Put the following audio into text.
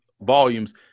volumes